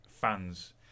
fans